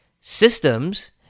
systems